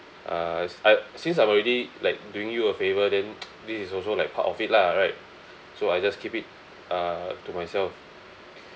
uh s~ I since I'm already like doing you a favour then this is also like part of it lah right so I just keep it uh to myself